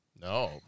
No